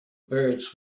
birds